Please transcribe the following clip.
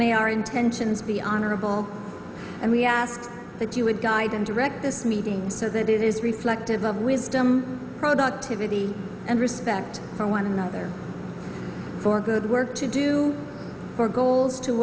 may our intentions be honorable and we ask that you would guide and direct this meeting so that it is reflective of wisdom productivity and respect for one another for good work to do for goals to